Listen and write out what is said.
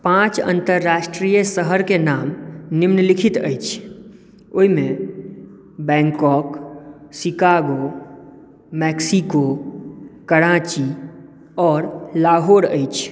पाँच अन्तर्राष्ट्रीय शहरके नाम निम्नलिखित अछि ओहिमे बैंकॉक शिकागो मैक्सिको कराँची आओर लाहौर अछि